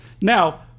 Now